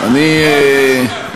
אני לא שומע כלום.